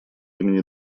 имени